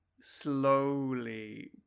slowly